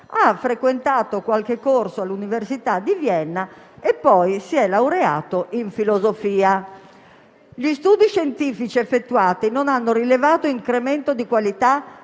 ha frequentato qualche corso all'Università di Vienna e poi si è laureato in filosofia. Gli studi scientifici effettuati non hanno rilevato incremento di qualità